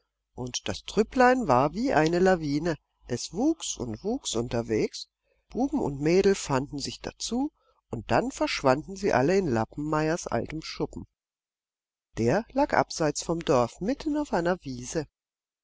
und das trüpplein war wie eine lawine es wuchs und wuchs unterwegs buben und mädel fanden sich dazu und dann verschwanden sie alle in lappenmeyers altem schuppen der lag abseits vom dorf mitten auf einer wiese